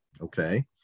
Okay